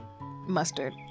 mustard